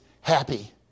happy